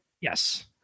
Yes